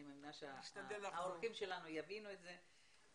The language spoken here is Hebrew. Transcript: אני מאמינה שהאורחים שלנו יבינו את זה.